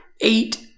eight